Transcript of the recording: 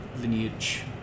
lineage